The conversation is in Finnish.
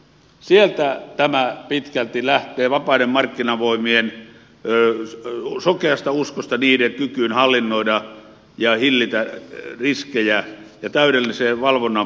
sieltä tämä pitkälti lähtee sokeasta uskosta vapaiden markkinavoimien kykyyn hallinnoida ja hillitä riskejä ja täydellisestä valvonnan puutteesta